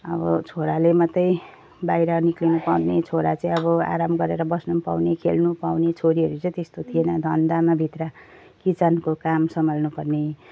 अब छोराले मात्रै बाहिर निस्किनुपाउने छोरा चाहिँ अब आराम गरेर बस्नु पनि पाउने खेल्नुपाउने छोरीहरू चाहिँ त्यस्तो थिएन धन्दामा भित्र किचनको काम सम्हाल्नुपर्ने